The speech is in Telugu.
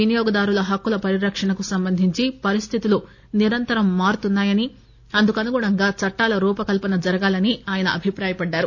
వినియోగదారుల హక్కుల పరిరక్షణకు సంబంధించి పరిస్లితులు నిరంతరం మారుతున్నాయని అందుకు అనుగుణంగా చట్టాల రూపకల్పన జరగాలని ఆయన అభిప్రాయపడ్డారు